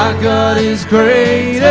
is greater